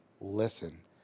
Listen